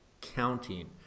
counting